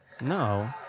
No